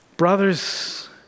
Brothers